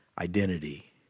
identity